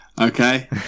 Okay